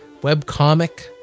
webcomic